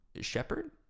Shepard